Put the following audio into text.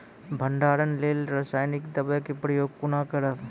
भंडारणक लेल रासायनिक दवेक प्रयोग कुना करव?